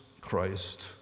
Christ